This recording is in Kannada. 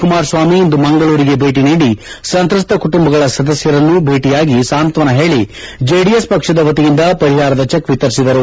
ಕುಮಾರಸ್ವಾಮಿ ಇಂದು ಮಂಗಳೂರಿಗೆ ಭೇಟಿ ನೀಡಿ ಸಂತ್ರಸ್ತ ಕುಟುಂಬಗಳ ಸದಸ್ಯರನ್ನು ಭೇಟಿಯಾಗಿ ಸಾಂತ್ವನ ಹೇಳಿ ಜೆಡಿಎಸ್ ಪಕ್ಷದ ವತಿಯಿಂದ ಪರಿಹಾರದ ಚೆಕ್ ವಿತರಿಸಿದರು